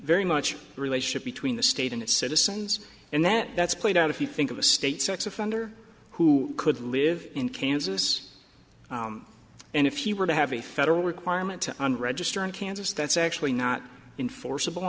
very much relationship between the state and its citizens and that that's played out if you think of a state sex offender who could live in kansas and if he were to have a federal requirement on register in kansas that's actually not enforceable